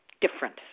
different